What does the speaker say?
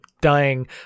dying